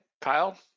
Kyle